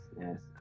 yes